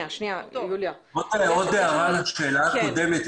עוד הערה לשאלה הקודמת,